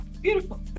Beautiful